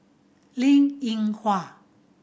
Linn In Hua